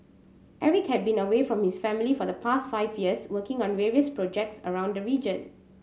Eric had been away from his family for the past five years working on various projects around the region